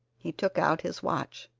he took out his watch.